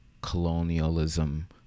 colonialism